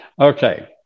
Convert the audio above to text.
Okay